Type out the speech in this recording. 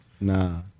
Nah